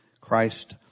Christ